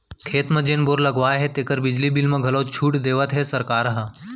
खेत म जेन बोर करवाए हे तेकर बिजली बिल म घलौ छूट देवत हे सरकार ह